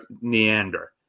Neander